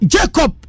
Jacob